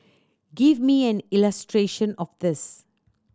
give me an illustration of this